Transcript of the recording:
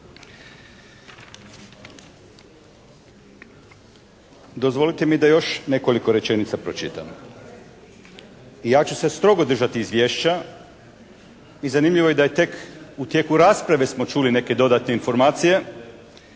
Dozvolite mi da još nekoliko rečenica pročitam. Ja ću se strogo držati izvješća i zanimljivo je da tek u tijelu rasprave smo čuli neke dodatne informacije,